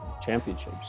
championships